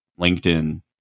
LinkedIn